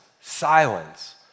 silence